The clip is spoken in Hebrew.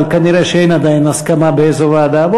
אבל כנראה שאין עדיין הסכמה באיזו ועדה.